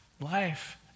Life